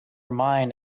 mine